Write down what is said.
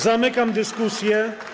Zamykam dyskusję.